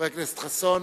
חבר הכנסת חסון.